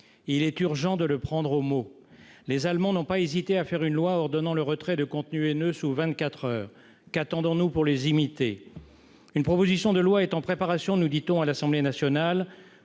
Il est urgent de le prendre au mot. Les Allemands n'ont pas hésité à faire une loi ordonnant le retrait de contenus haineux sous vingt-quatre heures. Qu'attendons-nous pour les imiter ? Une proposition de loi est en préparation à l'Assemblée nationale,